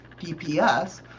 DPS